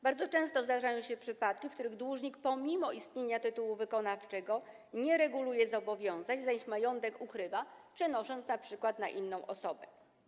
Bardzo często zdarzają się przypadki, w których dłużnik pomimo istnienia tytułu wykonawczego nie reguluje zobowiązań, zaś majątek ukrywa, przenosząc go np. na inną osobę.